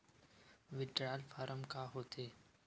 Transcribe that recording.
withdrawal form का होथेय